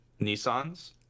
Nissans